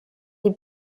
die